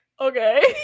Okay